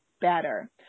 better